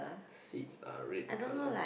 seats are red colour